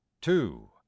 two